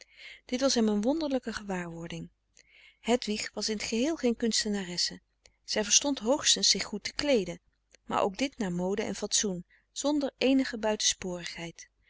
dit was hem een wonderlijke gewaarwording hedwig was in t geheel geen kunstenaresse zij verstond hoogstens zich goed te kleeden maar ook dit naar mode en fatsoen zonder eenige buitensporigheid